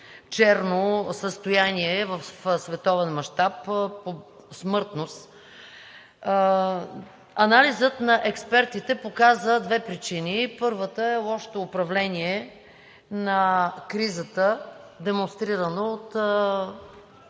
най-черно състояние в световен мащаб по смъртност. Анализът на експертите показа две причини. Първата, е лошото управление на кризата, демонстрирано от